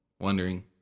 wondering